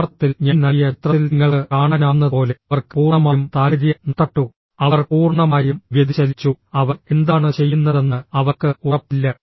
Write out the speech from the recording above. യഥാർത്ഥത്തിൽ ഞാൻ നൽകിയ ചിത്രത്തിൽ നിങ്ങൾക്ക് കാണാനാകുന്നതുപോലെ അവർക്ക് പൂർണ്ണമായും താൽപര്യം നഷ്ടപ്പെട്ടു അവർ പൂർണ്ണമായും വ്യതിചലിച്ചു അവർ എന്താണ് ചെയ്യുന്നതെന്ന് അവർക്ക് ഉറപ്പില്ല